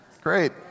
Great